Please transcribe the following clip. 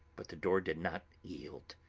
but the door did not yield.